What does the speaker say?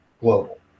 global